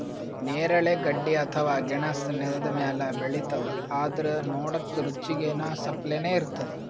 ನೇರಳೆ ಗಡ್ಡಿ ಅಥವಾ ಗೆಣಸ್ ನೆಲ್ದ ಮ್ಯಾಲ್ ಬೆಳಿತದ್ ಆದ್ರ್ ನೋಡಕ್ಕ್ ರುಚಿ ಗೆನಾಸ್ ಅಪ್ಲೆನೇ ಇರ್ತದ್